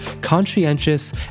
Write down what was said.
conscientious